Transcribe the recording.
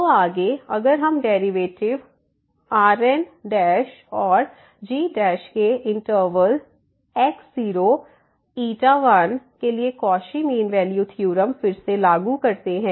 तो आगे अगर हम डेरिवेटिव Rn और g के इंटरवल x01के लिए कौशी मीन वैल्यू थ्योरम फिर से लागू करते हैं